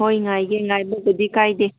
ꯍꯣꯏ ꯉꯥꯏꯒꯦ ꯉꯥꯏꯕꯕꯨꯗꯤ ꯀꯥꯏꯗꯦ